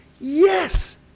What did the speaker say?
Yes